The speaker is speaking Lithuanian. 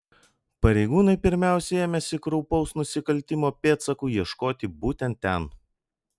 pareigūnai pirmiausia ėmėsi kraupaus nusikaltimo pėdsakų ieškoti būtent ten